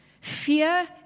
fear